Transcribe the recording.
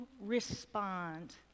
respond